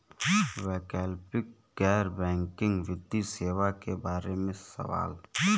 वैकल्पिक गैर बैकिंग वित्तीय सेवा के बार में सवाल?